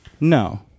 No